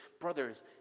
brothers